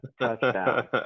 touchdown